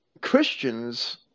Christians